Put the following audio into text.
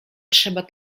trzeba